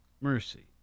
Mercy